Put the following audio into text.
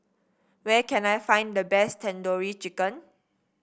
where can I find the best Tandoori Chicken